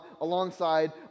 alongside